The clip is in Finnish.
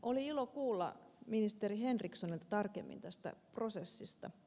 oli ilo kuulla ministeri henrikssonilta tarkemmin tästä prosessista